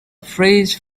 phrase